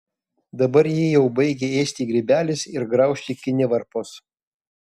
dabar jį jau baigia ėsti grybelis ir graužti kinivarpos